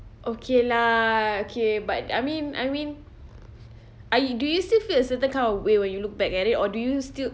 okay lah okay but I mean I mean are you do you still feel a certain kind of way when you look back at it or do you still